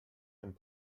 and